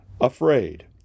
afraid